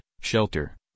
shelter